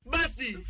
Basti